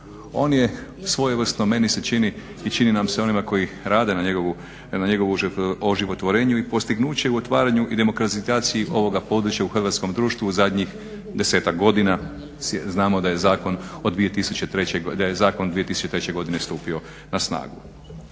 On je svojevrsno, meni se čini, i čini nam se onima koji rade na njegovu oživotvorenju i postignuće u otvaranju i demokratizaciji ovoga područja u hrvatskom društvu u zadnjih desetak godina. Znamo da je zakon 2003. godine stupio na snagu.